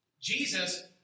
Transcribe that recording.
Jesus